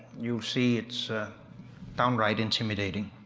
you see it's downright intimidating.